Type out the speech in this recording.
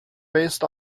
based